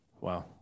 Wow